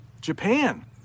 Japan